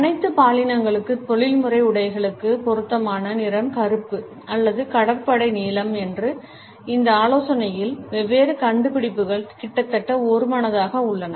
அனைத்து பாலினங்களுக்கும் தொழில்முறை உடைகளுக்கு பொருத்தமான நிறம் கருப்பு அல்லது கடற்படை நீலம் என்று இந்த ஆலோசனையில் வெவ்வேறு கண்டுபிடிப்புகள் கிட்டத்தட்ட ஒருமனதாக உள்ளன